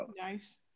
nice